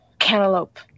cantaloupe